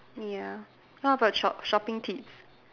ya how about shop shopping tips